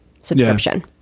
subscription